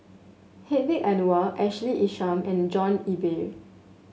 Hedwig Anuar Ashley Isham and John Eber